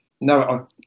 no